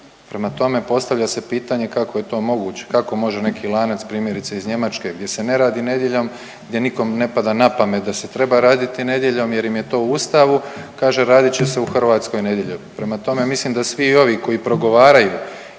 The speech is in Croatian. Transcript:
Prema tome postavlja se pitanje kako je to moguće, kako može neki lanac primjerice iz Njemačke gdje se ne radi nedjeljom i gdje nikom ne pada na pamet da se treba raditi nedjeljom jer im je to u ustavu, kaže radit će se u Hrvatskoj nedjeljom. Prema tome ja mislim da svi ovi koji progovaraju